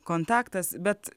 kontaktas bet